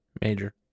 Major